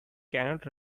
cannot